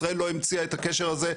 ישראל לא המציאה את הקשר הזה,